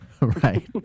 Right